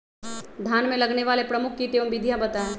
धान में लगने वाले प्रमुख कीट एवं विधियां बताएं?